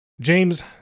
James